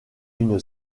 une